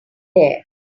there